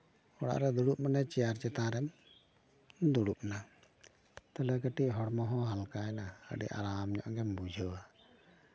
ᱚᱲᱟᱜ ᱨᱮ ᱫᱩᱲᱩᱵ ᱢᱟᱱᱮ ᱪᱮᱭᱟᱨ ᱪᱮᱛᱟᱱ ᱨᱮ ᱫᱩᱲᱩᱵ ᱱᱟ ᱛᱟᱦᱞᱮ ᱠᱟᱹᱴᱤᱡ ᱦᱚᱲᱢᱚ ᱦᱚᱸ ᱦᱟᱞᱠᱟᱭᱮᱱᱟ ᱟᱹᱰᱤ ᱟᱨᱟᱢ ᱧᱚᱜ ᱜᱮᱢ ᱵᱩᱡᱷᱟᱹᱣᱟ